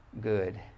good